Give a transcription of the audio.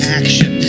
action